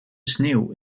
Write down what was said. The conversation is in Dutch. sneeuw